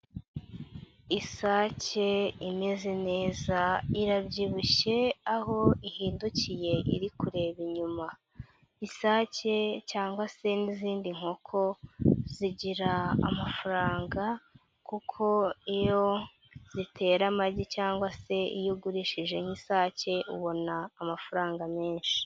Isake imeze neza, irabyibushye, aho ihindukiye iri kureba inyuma. Isake cyangwa se n'izindi nkoko zigira amafaranga kuko iyo zitera amagi cyangwa se iyo ugurishije nk'isake, ubona amafaranga menshi.